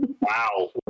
Wow